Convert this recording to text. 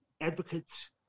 advocates